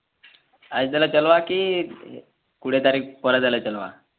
ଆଏଜ୍ ଦେଲେ ଚଲ୍ବା କି କୁଡ଼ିଏ ତାରିଖ୍ ପରେ ଦେଲେ ଚଲ୍ବା